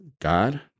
God